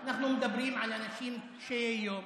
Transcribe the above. אנחנו מדברים על אנשים קשי יום,